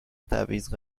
تبعیض